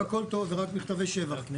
והכל טוב ורק מכתבי שבח.